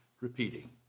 repeating